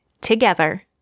together